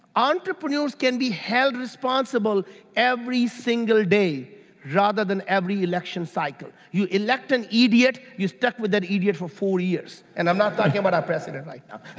entrepreneurs can be held responsible every single day rather than every election cycle. you elect an idiot, you're stuck with that idiot for four years and i'm not talking about our president right now